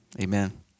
Amen